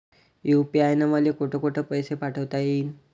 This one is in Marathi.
यू.पी.आय न मले कोठ कोठ पैसे पाठवता येईन?